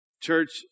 church